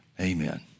Amen